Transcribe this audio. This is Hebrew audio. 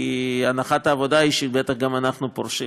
כי הנחת העבודה היא שבטח גם אנחנו פורשים.